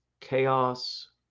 chaos